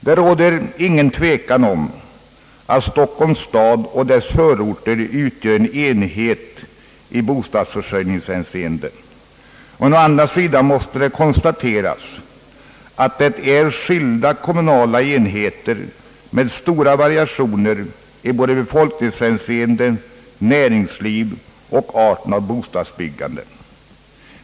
Det råder ingen tvekan om att Stockholms stad och dess förorter utgör en enhet i bostadsförsörjningshänseende. Å andra sidan är det fråga om skilda kommunala enheter med stora variationer både i befolkningshänseende, i fråga om näringsliv och i fråga om arten av bostadsbyggande.